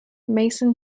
mason